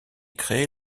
créée